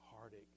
heartache